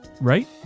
right